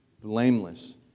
blameless